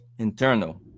internal